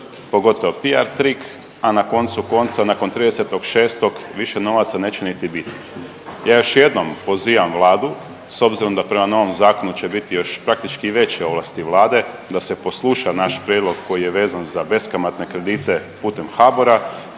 pogotovo PR tik, a na koncu konca nakon 30.6. više novaca neće niti biti. Ja još jednom pozivam Vladu s obzirom da prema novom zakonu će biti još praktički i veće ovlasti Vlade da se posluša naš prijedlog koji je vezan za beskamatne kredite putem HBOR-a